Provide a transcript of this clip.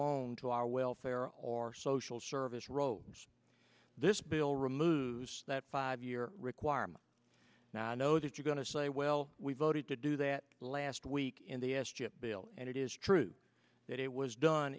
on to our welfare or social service roads this bill removes that five year requirement now i know that you're going to say well we voted to do that last week in the s chip bill and it is true that it was done